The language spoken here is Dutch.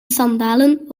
sandalen